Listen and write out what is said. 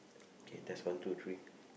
K test one two three